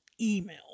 email